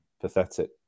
Pathetic